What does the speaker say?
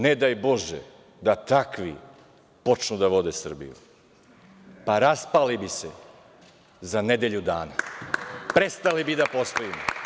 Ne daj bože da takvi počnu da vode Srbiju, pa raspali bi se za nedelju dana, prestali bi da postojimo.